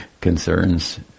concerns